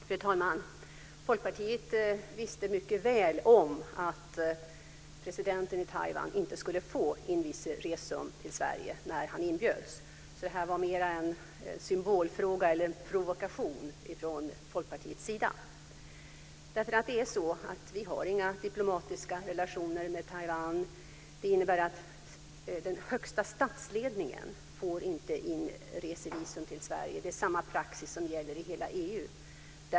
Fru talman! Folkpartiet visste mycket väl att presidenten i Taiwan inte skulle få inresevisum till Sverige när han inbjöds. Det här var alltså mer en symbolhandling eller en provokation från Folkpartiets sida. Vi har inga diplomatiska relationer med Taiwan. Det innebär att den högsta statsledningen inte får inresevisum till Sverige. Det är samma praxis som gäller i hela EU.